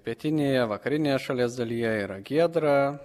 pietinėje vakarinėje šalies dalyje yra giedra